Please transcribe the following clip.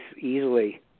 easily